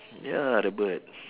ya the bird